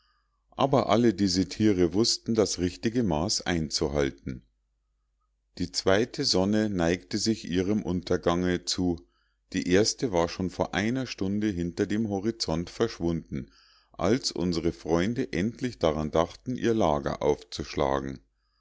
aber alle diese tiere wußten das richtige maß einzuhalten die zweite sonne neigte sich ihrem untergange zu die erste war schon vor einer stunde hinter dem horizont verschwunden als unsre freunde endlich daran dachten ihr lager aufzuschlagen